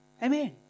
Amen